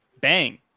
bang